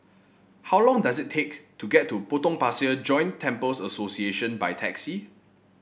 how long does it take to get to Potong Pasir Joint Temples Association by taxi